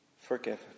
forgiven